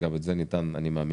אני מאמין שגם אותה ניתן לפתור.